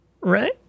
right